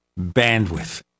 bandwidth